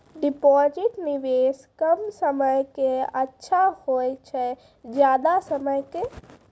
Deposit निवेश कम समय के के अच्छा होय छै ज्यादा समय के?